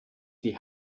die